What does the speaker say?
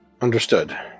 understood